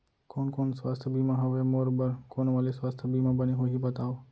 कोन कोन स्वास्थ्य बीमा हवे, मोर बर कोन वाले स्वास्थ बीमा बने होही बताव?